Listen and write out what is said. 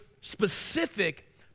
specific